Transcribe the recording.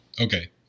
okay